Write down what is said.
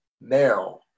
now